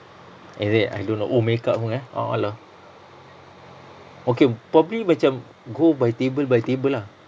is it I don't know oh makeup semua eh oh a'ah lah okay probably macam go by table by table ah